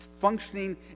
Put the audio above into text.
functioning